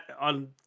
on